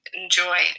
enjoy